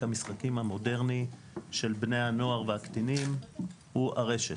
המשחקים המודרני של בני הנוער והקטינים הוא הרשת.